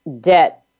debt